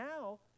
now